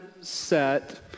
set